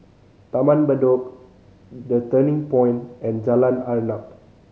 Taman Bedok The Turning Point and Jalan Arnap